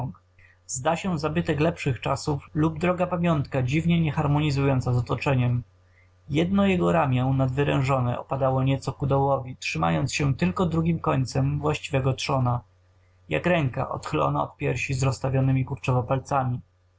pająk zda się zabytek lepszych czasów lub droga pamiątka dziwnie nie harmonizująca z otoczeniem jedno jego ramię nadwerężone opadało nieco ku dołowi trzymając się tylko drugim końcem właściwego trzona jak ręka odchylona od piersi z rozstawionymi kurczowo palcami